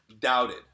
doubted